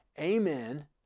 amen